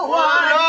one